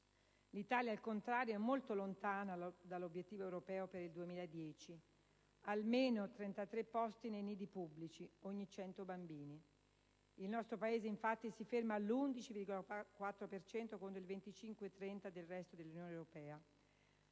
L'Italia, al contrario, è molto lontana dall'obiettivo europeo per il 2010: almeno 33 posti nei nidi pubblici ogni 100 bambini. Il nostro Paese, infatti, si ferma all'11,4 per cento, contro il 25-30 per cento del resto dell'Unione Europea.